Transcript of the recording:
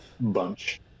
bunch